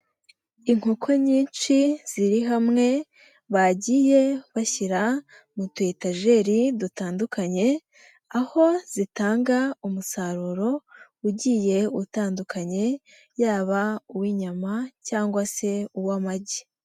Inkoko nyinshi ziri hamwe bagiye bashyira mu tu etageri dutandukanye, aho zitanga umusaruro ugiye utandukanye yaba uw'inyama cyangwa se uw'amagi.